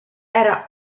era